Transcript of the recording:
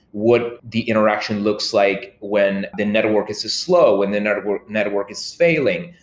what the interaction looks like when the network is is slow, when the network network is failing.